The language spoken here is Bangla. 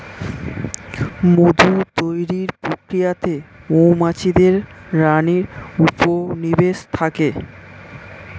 মধু তৈরির প্রক্রিয়াতে মৌমাছিদের রানী উপনিবেশে থাকে